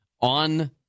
on